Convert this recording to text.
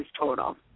total